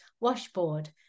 washboard